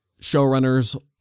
Showrunners